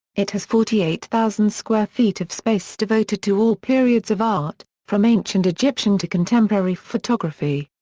it has forty eight thousand square feet of space devoted to all periods of art, from ancient egyptian to contemporary photography.